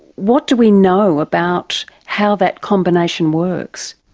what do we know about how that combination works?